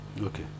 Okay